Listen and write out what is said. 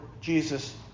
Jesus